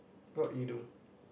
what you do